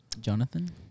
Jonathan